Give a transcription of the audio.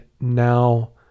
now